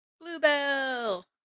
Bluebell